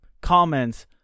comments